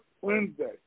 Wednesday